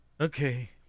Okay